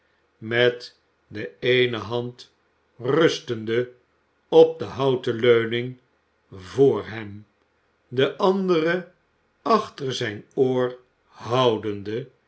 met de eene hand rustende op de houten leuning vr hem de andere achter zijn oor houdende